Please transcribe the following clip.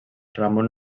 ramon